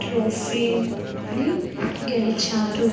ట్రోఫీని గెలిచారు